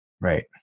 Right